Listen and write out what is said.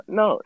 no